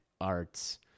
arts